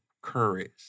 courage